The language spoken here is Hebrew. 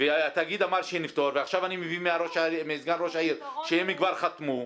והתאגיד אמר שנפתור ועכשיו אני מבין מסגן ראש העיר שהם כבר חתמו.